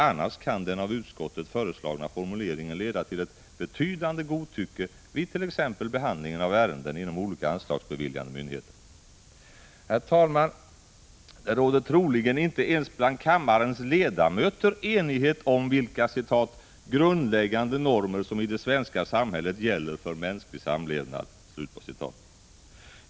Annars kan den av utskottet föreslagna formuleringen leda till ett betydande godtycke vid t.ex. behandlingen av ärenden inom olika anslagsbeviljande myndigheter. Herr talman! Det råder troligen inte ens bland kammarens ledamöter enighet om vilka ”grundläggande normer som i det svenska samhället gäller för mänsklig samlevnad”.